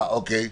בבקשה.